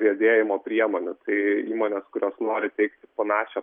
riedėjimo priemonių tai įmonės kurios nori teikti panašią